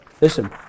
listen